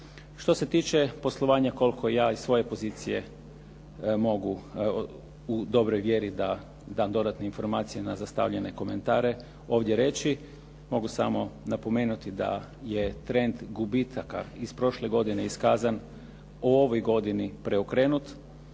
Što se tiče poslovanja, koliko ja iz svoje pozicije mogu, u dobroj vjeri da dam dodatne informacije na zastavljene komentare ovdje reći. Mogu samo napomenuti da je trend gubitaka iz prošle godine iskazan u ovoj godini preokrenut,